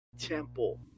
Temple